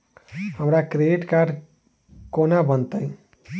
हमरा credit card कोना बनतै?